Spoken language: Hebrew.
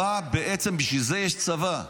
בעצם בשביל זה יש צבא.